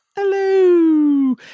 Hello